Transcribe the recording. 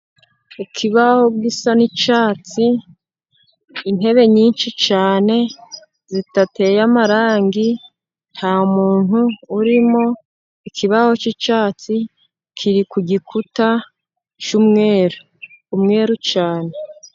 Ikibaho gisa n'icyatsi, intebe nyinshi cyane zitateye amarangi, nta muntu urimo, ikibaho cy'icyatsi kiri ku gikuta cy'umweru, umweru cyane.